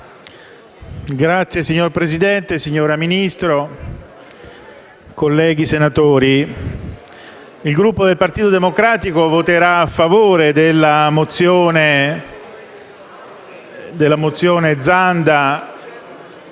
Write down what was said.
*(PD)*. Signor Presidente, signora Ministro, colleghi senatori, il Gruppo del Partito Democratico voterà a favore della mozione